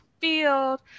field